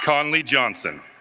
conley johnson